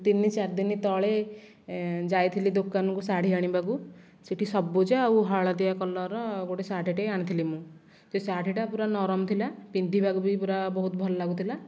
ତିନି ଚାରିଦିନ ତଳେ ଯାଇଥିଲି ଦୋକାନକୁ ଶାଢ଼ୀ ଆଣିବାକୁ ସେହିଠି ସବୁଜ ଆଉ ହଳଦିଆ କଲର୍ ଗୋଟିଏ ଶାଢ଼ୀଟେ ଆଣିଥିଲି ମୁଁ ସେ ଶାଢ଼ୀଟା ପୁରା ନରମ ଥିଲା ପିନ୍ଧିବାକୁ ବି ପୁରା ବହୁତ ଭଲ ଲାଗୁଥିଲା